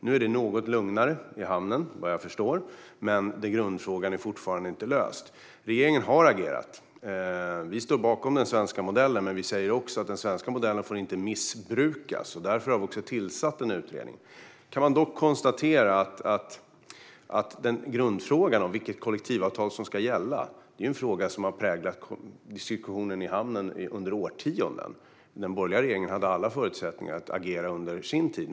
Nu är det något lugnare i hamnen, vad jag förstår, men grundfrågan är fortfarande inte löst. Regeringen har agerat. Vi står bakom den svenska modellen. Men vi säger också att den svenska modellen inte får missbrukas. Därför har vi tillsatt en utredning. Man kan dock konstatera att grundfrågan, om vilket kollektivavtal som ska gälla, är en fråga som har präglat diskussionen i hamnen under årtionden. Den borgerliga regeringen hade alla förutsättningar att agera under sin tid.